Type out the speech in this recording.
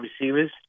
receivers